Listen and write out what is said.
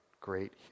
Great